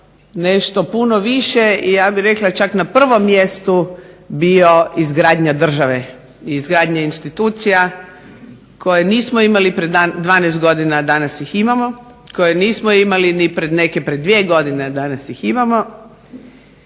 nešto puno više i ja bih rekla čak na prvom mjestu bio izgradnja države, izgradnja institucija koje nismo imali prije 12 godina, danas ih imamo, koje nismo imali neke pred dvije godine, danas ih imamo